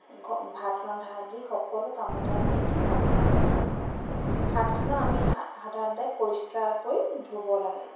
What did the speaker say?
ভাত ৰন্ধা আদি সকলো কামতে আমি হাতখন ব্যৱহাৰ কৰোঁ হাতখনৰ আমি সাধাৰণতে পৰিষ্কাৰকৈ ধুব লাগে